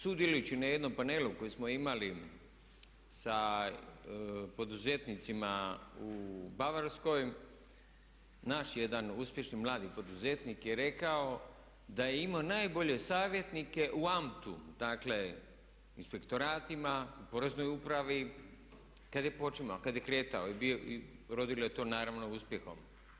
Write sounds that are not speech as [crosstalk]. Sudjelujući na jednom panelu koji smo imali sa poduzetnicima u Bavarskoj naš jedan uspješni mladi poduzetnik je rekao da je imao najbolje savjetnike u … [unintelligible] u inspektoratima, u poreznoj upravi kad je počimao, kad je kretao i rodilo je to naravno uspjehom.